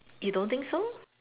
you don't think so